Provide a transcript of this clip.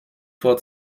vor